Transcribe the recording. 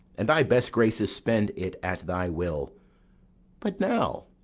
and thy best graces spend it at thy will but now,